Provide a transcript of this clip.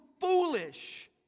foolish